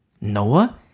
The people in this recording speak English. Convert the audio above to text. Noah